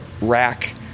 Rack